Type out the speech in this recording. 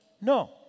No